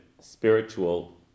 spiritual